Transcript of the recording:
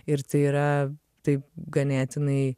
ir tai yra tai ganėtinai